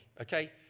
okay